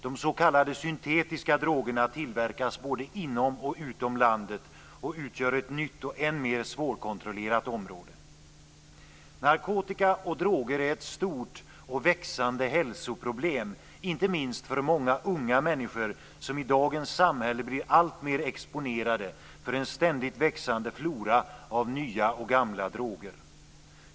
De s.k. syntetiska drogerna tillverkas både inom och utom landet och utgör ett nytt och än mer svårkontrollerat område. Narkotika och droger är ett stort och växande hälsoproblem, inte minst för många unga människor som i dagens samhälle blir alltmer exponerade för en ständigt växande flora av nya och gamla droger.